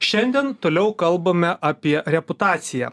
šiandien toliau kalbame apie reputaciją